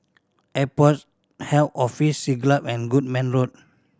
Airport Health Office Siglap and Goodman Road